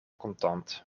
contant